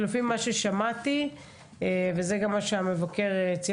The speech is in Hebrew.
כי לפי מה ששמעתי וזה גם מה שהמבקר ציין,